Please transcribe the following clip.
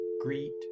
greet